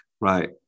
Right